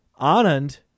Anand